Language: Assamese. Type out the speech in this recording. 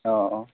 অঁ অঁ